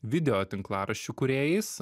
video tinklaraščių kūrėjais